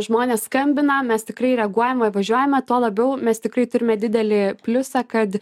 žmonės skambina mes tikrai reaguojam ir važiuojame tuo labiau mes tikrai turime didelį pliusą kad